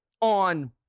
on